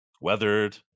Weathered